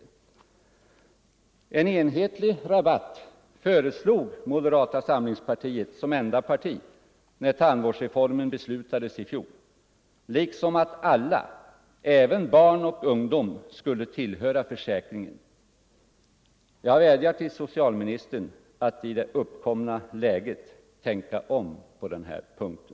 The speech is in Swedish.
Nr 126 En enhetlig rabatt föreslog moderata samlingspartiet som enda parti Torsdagen den när tandvårdsreformen beslutades i fjol liksom att alla, även barn och 21 november 1974 ungdom, skulle tillhöra försäkringen. Jag vädjar till socialministern att I i det uppkomna läget tänka om på de här punkterna.